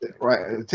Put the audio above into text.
right